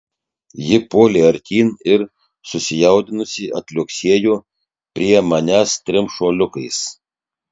ji puolė artyn ir susijaudinusi atliuoksėjo prie manęs trim šuoliukais